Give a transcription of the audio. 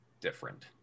different